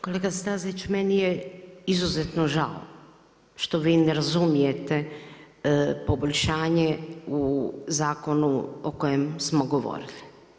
Kolega Stazić meni je izuzetno žao što vi ne razumijete poboljšanje u zakonu o kojem smo govorili.